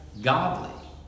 godly